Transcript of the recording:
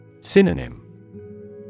Synonym